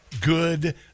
Good